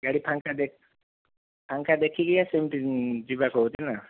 ଗାଡ଼ି ଫାଙ୍କା ଫାଙ୍କା ଦେଖିକିଆ ସେମିତି ଯିବାକୁ ହେଉଛି ନା